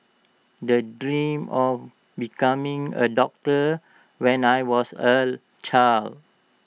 the dreamt of becoming A doctor when I was A child